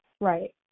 Right